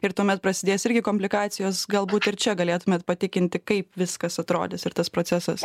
ir tuomet prasidės irgi komplikacijos galbūt ir čia galėtumėt patikinti kaip viskas atrodys ir tas procesas